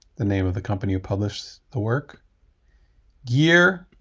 the name of the company who published the work year